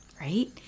right